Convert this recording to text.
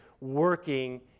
working